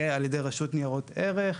לאט-לאט,